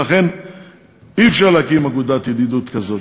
ולכן אי-אפשר להקדים אגודת ידידות כזאת.